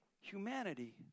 humanity